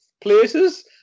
places